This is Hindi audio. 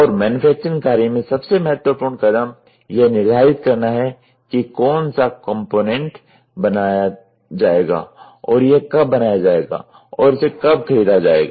और मैन्युफैक्चरिंग कार्य में सबसे महत्वपूर्ण कदम यह निर्धारित करना है कि कौन सा कॉम्पोनेन्ट बनाया जाएगा और यह कब बनाया जाएगा और इसे कब खरीदा जाएगा